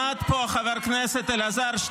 חברת הכנסת בן ארי,